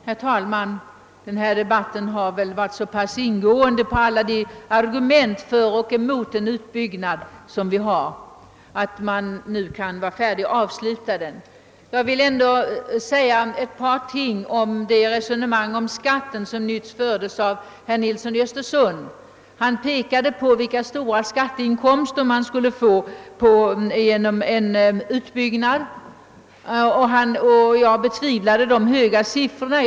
Herr talman! I den här debatten har så ingående alla argumenten för och emot en utbyggnad redovisats att man nu kan vara färdig att avsluta debatten. Jag vill ändå säga några ord till herr Nilsson i Östersund angående beskattningen. Han pekade på vilka stora skatteinkomster kommunerna skulle få genom en utbyggnad, och jag betvivlade de höga siffrorna.